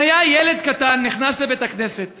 אם היה ילד קטן נכנס לבית-הכנסת